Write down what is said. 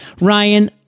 Ryan